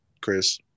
Chris